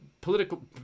political